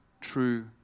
true